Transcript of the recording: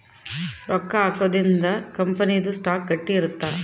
ರೊಕ್ಕ ಹಾಕೊದ್ರೀಂದ ಕಂಪನಿ ದು ಸ್ಟಾಕ್ ಗಟ್ಟಿ ಇರುತ್ತ